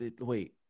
wait